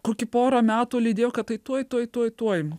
kokį porą metų lydėjo kad tai tuoj tuoj tuoj tuoj